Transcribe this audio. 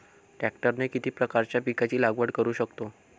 ट्रॅक्टरने किती प्रकारच्या पिकाची लागवड करु शकतो?